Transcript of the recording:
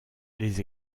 les